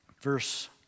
Verse